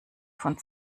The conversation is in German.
von